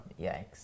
Yikes